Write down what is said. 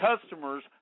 customers